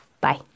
Bye